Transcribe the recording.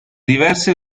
diverse